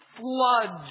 floods